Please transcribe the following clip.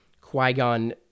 Qui-Gon